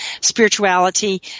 spirituality